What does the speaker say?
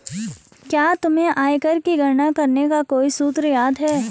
क्या तुम्हें आयकर की गणना करने का कोई सूत्र याद है?